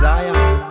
Zion